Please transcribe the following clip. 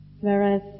whereas